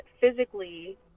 physically